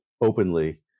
openly